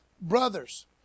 Brothers